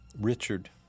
Richard